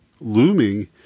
looming